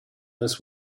this